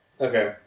Okay